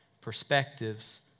perspectives